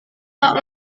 tak